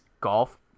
golf